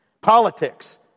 Politics